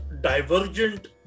divergent